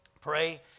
pray